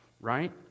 Right